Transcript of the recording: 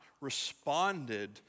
responded